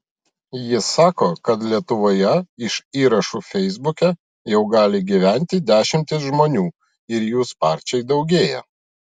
jis sako kad lietuvoje iš įrašų feisbuke jau gali gyventi dešimtys žmonių ir jų sparčiai daugėja